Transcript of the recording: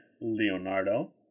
Leonardo